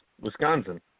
Wisconsin